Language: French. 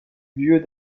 lieu